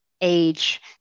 age